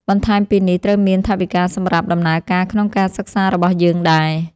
បន្ថែមពីនេះត្រូវមានថវិកាសម្រាប់ដំណើរការក្នុងការសិក្សារបស់យើងដែរ។